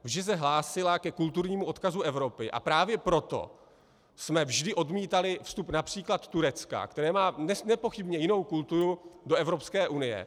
Vždy se hlásila ke kulturnímu odkazu Evropy, a právě proto jsme vždy odmítali vstup např. Turecka, které má nepochybně jinou kulturu, do Evropské unie.